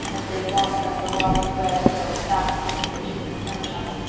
as they walked up the long red hill, basking in the june sunshine,